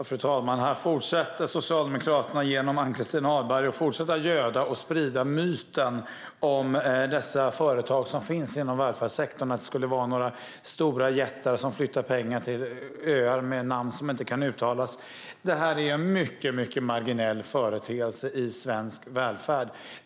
Fru talman! Här fortsätter Socialdemokraterna genom Ann-Christin Ahlberg att göda och sprida myten om att de företag som finns inom välfärdssektorn skulle vara några stora jättar som flyttar pengar till öar med namn som inte kan uttalas. Detta är en mycket marginell företeelse i svensk välfärd.